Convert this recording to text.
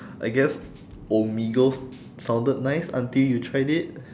I guess omigos sounded nice until you tried it